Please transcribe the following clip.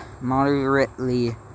moderately